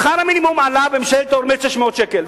שכר המינימום עלה בממשלת אולמרט ב-600 שקל,